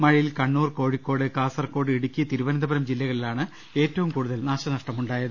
മഴയിൽ കണ്ണൂർ കോഴിക്കോട് കാസർകോട് ഇടുക്കി തിരുവനന്തപുരം ജില്ലകളിലാണ് ഏറ്റവും കൂടുതൽ നാശനഷ്ടമുണ്ടായത്